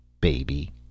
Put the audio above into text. baby